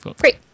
Great